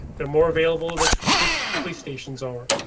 they're more available than police. police stations are,